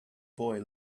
boy